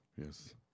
Yes